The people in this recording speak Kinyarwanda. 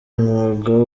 umwuga